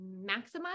maximize